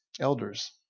Elders